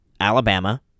Alabama